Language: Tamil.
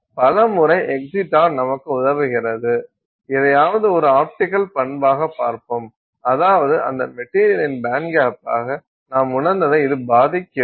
பல முறை எக்ஸிடான் நமக்கு உதவுகிறது எதையாவது ஒரு ஆப்டிக்கல் பண்பாக பார்ப்போம் அதாவது அந்த மெட்டீரியலின் பேண்ட்கேப்பாக நாம் உணர்ந்ததை இது பாதிக்கிறது